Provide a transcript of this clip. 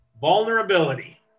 vulnerability